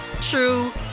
true